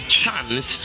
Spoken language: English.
chance